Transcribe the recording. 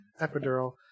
epidural